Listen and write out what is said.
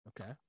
Okay